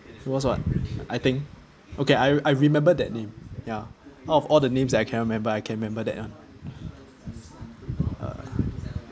was what I think okay I I remember that name ya all of the names I can't remember I can remember that one